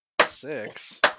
Six